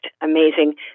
amazing